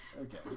okay